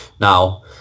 now